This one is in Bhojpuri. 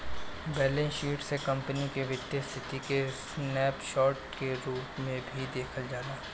बैलेंस शीट से कंपनी के वित्तीय स्थिति के स्नैप शोर्ट के रूप में भी देखल जाला